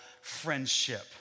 friendship